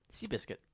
Seabiscuit